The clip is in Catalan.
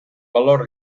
valor